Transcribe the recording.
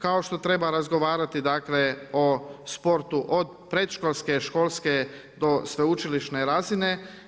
Kao što treba razrovati dakle, o sportu od predškolske, školske do sveučilišne razine.